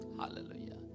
Hallelujah